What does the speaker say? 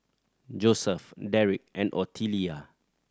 Joeseph Derick and Otelia